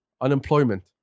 unemployment